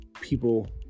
people